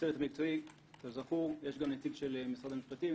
בצוות המקצועי יש גם נציג של משרד המשפטים,